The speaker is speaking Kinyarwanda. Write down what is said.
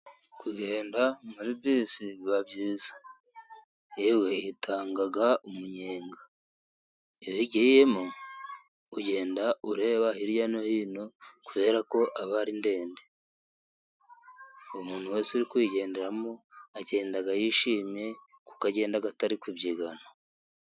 Kugenda muri bisi biba byiza yewe yatanga umunyenga. Iyo uyigiyemo ugenda ureba hirya no hino kubera ko aba ari ndende umuntu wese uri kuyigenderamo agenda yishimye kuko agenda atari kubyigana.